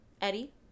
Eddie